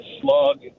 slug